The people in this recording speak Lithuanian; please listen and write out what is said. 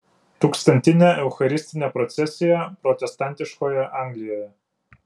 tūkstantinė eucharistinė procesija protestantiškoje anglijoje